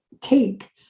take